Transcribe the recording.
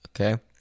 Okay